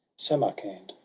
samarcand,